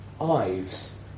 Ives